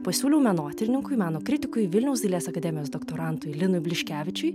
pasiūliau menotyrininkui meno kritikui vilniaus dailės akademijos doktorantui linui bliškevičiui